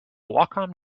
wacom